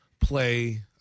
play